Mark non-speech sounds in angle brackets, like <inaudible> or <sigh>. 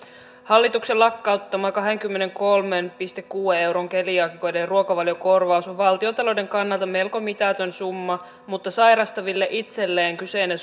hallituksen lakkauttama kahdenkymmenenkolmen pilkku kuuden euron keliaakikoiden ruokavaliokorvaus on valtiontalouden kannalta melko mitätön summa mutta sairastaville itselleen kyseinen <unintelligible>